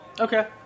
Okay